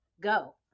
go